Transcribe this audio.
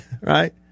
Right